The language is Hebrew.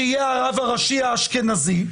שיהיה הרב הראשי האשכנזי.